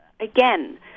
again